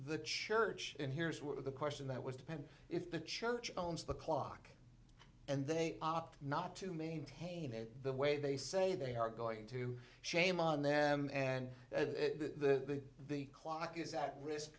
the church and here's were the question that was depends if the church owns the clock and they opt not to maintain their the way they say they are going to shame on them and the the clock is at risk